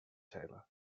taylor